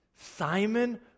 Simon